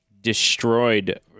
destroyed